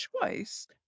choice